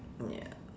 ya